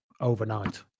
overnight